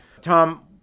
tom